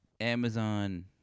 Amazon